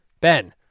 Ben